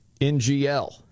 NGL